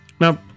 Now